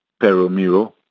Peromiro